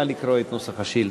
נא לקרוא את נוסח השאילתה.